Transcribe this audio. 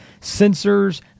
sensors